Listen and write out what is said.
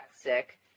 sick